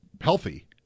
healthy